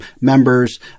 members